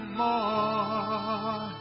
more